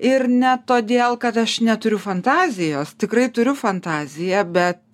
ir ne todėl kad aš neturiu fantazijos tikrai turiu fantaziją bet